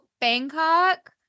Bangkok